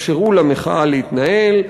אפשרו למחאה להתנהל,